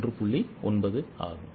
9 ஆகும்